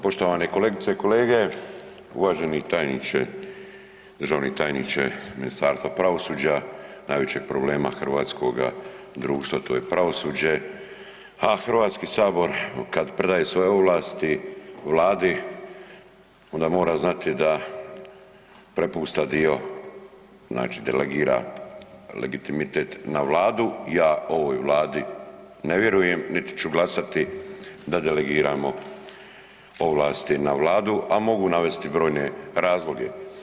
Poštovane kolegice i kolege, uvaženi tajniče, državni tajniče Ministarstva pravosuđa, najvećeg problema hrvatskoga društva, to je pravosuđe, a HS kad predaje svoje ovlasti Vladi, onda mora znati da prepusta dio, znači delegira legitimitet na Vladu, ja ovoj Vladi ne vjerujem niti ću glasati da delegiramo ovlasti na Vladu, a mogu navesti brojne razloge.